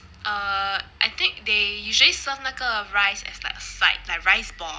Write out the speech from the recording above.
uh I think they usually serve 那个 rice as like a side like rice ball